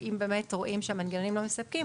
שאם באמת רואים שהמנגנונים לא מספקים,